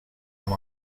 amb